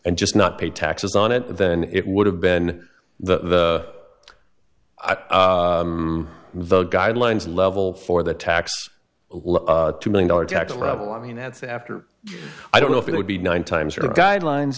and just not paid taxes on it then it would have been the the guidelines level for the tax two million dollar tax level i mean that's after i don't know if it would be nine times or guidelines